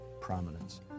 prominence